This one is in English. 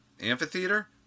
amphitheater